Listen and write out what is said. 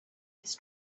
his